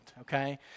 Okay